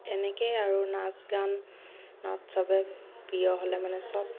তেনেকেই আৰু নাচ গানত চবে প্ৰিয় হ'লে মানে চব